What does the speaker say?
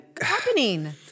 happening